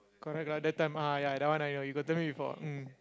correct lah that time ya that one I know you got tell me before mm